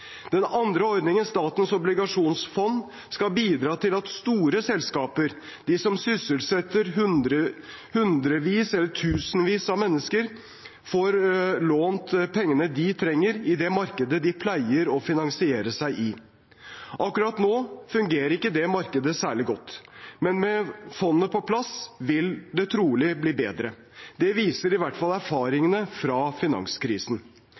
Den andre ordningen, Statens obligasjonsfond, skal bidra til at store selskaper, de som sysselsetter hundrevis eller tusenvis av mennesker, får lånt pengene de trenger i det markedet de pleier å finansiere seg i. Akkurat nå fungerer ikke det markedet særlig godt, men med fondet på plass vil det trolig bli bedre. Det viser i hvert fall erfaringene fra finanskrisen.